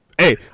Hey